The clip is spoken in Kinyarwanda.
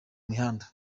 mihanda